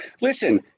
Listen